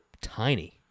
tiny